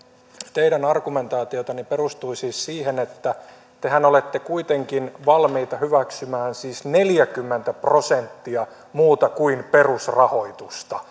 teidän argumentaatiotanne perustui siis siihen että tehän olette kuitenkin valmiita hyväksymään neljäkymmentä prosenttia muuta kuin perusrahoitusta